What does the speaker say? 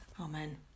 Amen